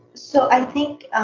so, i think